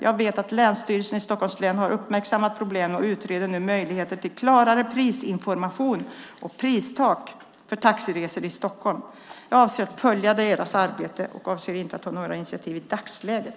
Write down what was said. Jag vet att Länsstyrelsen i Stockholms län har uppmärksammat problemet och nu utreder möjligheter till klarare prisinformation och pristak för taxiresor i Stockholm. Jag avser att följa deras arbete och avser inte att ta några initiativ i dagsläget.